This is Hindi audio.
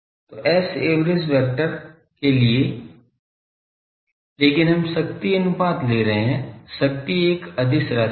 तो Saverage वेक्टर के लिए लेकिन हम शक्ति अनुपात ले रहे हैं शक्ति एक अदिश राशि है